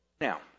Now